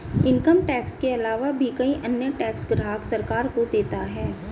income tax के आलावा भी कई अन्य टैक्स ग्राहक सरकार को देता है